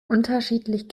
unterschiedlich